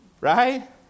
right